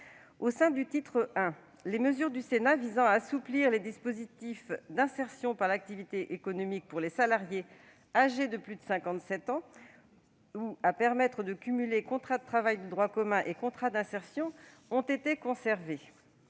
Au sein du titre I, les mesures du Sénat visant à assouplir les dispositifs d'insertion par l'activité économique pour les salariés âgés de plus de 57 ans ou à permettre de cumuler contrat de travail de droit commun et contrat d'insertion ont été conservées.